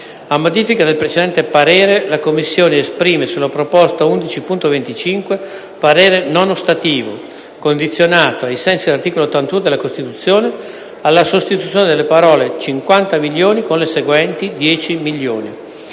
A modifica del precedente parere, la Commissione esprime sulla proposta 11.25 parere non ostativo, condizionato, ai sensi dell’articolo 81 della Costituzione, alla sostituzione delle parole: «50 milioni» con le seguenti: «10 milioni».